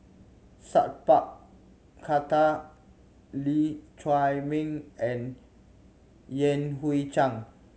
Sat Pal Khattar Lee Chiaw Meng and Yan Hui Chang